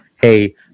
Hey